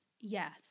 Yes